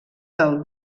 del